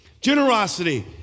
Generosity